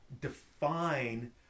define